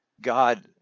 God